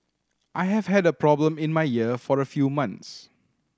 I have had a problem in my ear for a few months